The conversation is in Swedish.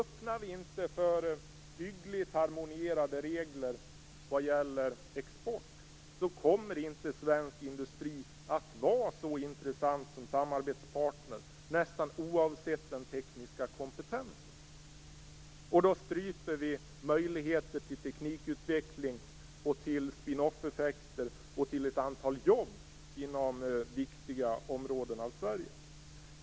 Om vi inte öppnar för hyggligt harmonierade regler vad gäller export kommer svensk industri inte att vara så intressant som samarbetspartner; det gäller nästan oavsett den tekniska kompetensen. Då stryper vi möjligheter till teknikutveckling, spin-off-effekter och ett antal jobb inom viktiga områden i Sverige.